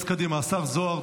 קדימה, השר זוהר.